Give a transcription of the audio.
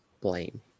blame